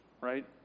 right